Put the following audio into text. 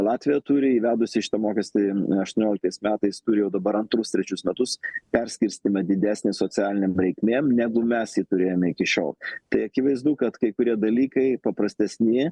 latvija turi įvedusi iš to mokestį aštuonioliktais metais turi jau dabar antrus trečius metus perskirstymą didesnį socialinėm reikmėm negu mes jį turėjome iki šiol tai akivaizdu kad kai kurie dalykai paprastesni